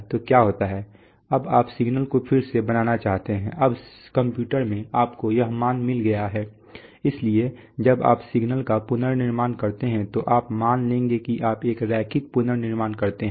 तो क्या होता है अब आप सिग्नल को फिर से बनाना चाहते हैं अब कंप्यूटर में आपको ये मान मिल गए हैं इसलिए जब आप सिग्नल का पुनर्निर्माण करते हैं तो आप मान लेंगे कि आप एक रैखिक पुनर्निर्माण करते हैं